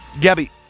Gabby